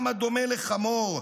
עם הדומה לחמור,